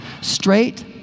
straight